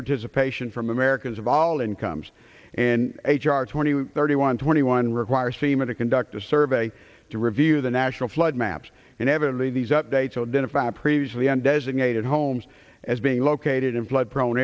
participation from americans of all incomes and h r twenty thirty one twenty one require sima to conduct a survey to review the national flood maps and evidently these updates then if our previously and designated homes as being located in flood prone